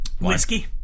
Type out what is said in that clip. Whiskey